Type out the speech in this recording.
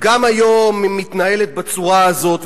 גם היום היא מתנהלת בצורה הזאת,